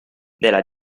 della